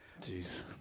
Jeez